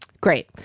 Great